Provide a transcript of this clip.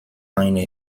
eine